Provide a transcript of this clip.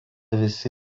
visi